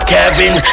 Kevin